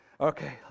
Okay